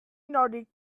nordic